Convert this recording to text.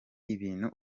ibintu